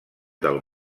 del